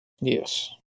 Yes